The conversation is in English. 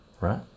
right